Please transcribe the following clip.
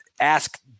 ask